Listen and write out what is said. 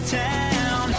town